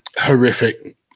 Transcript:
Horrific